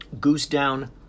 goose-down